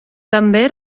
també